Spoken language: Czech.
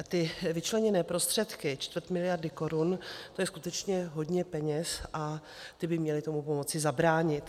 Ty vyčleněné prostředky čtvrt miliardy korun, to je skutečně hodně peněz a ty by měly tomu pomoci zabránit.